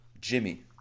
Jimmy